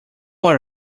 worry